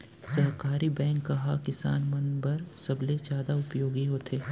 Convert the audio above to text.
सहकारी बैंक ह किसान मन बर सबले जादा उपयोगी होथे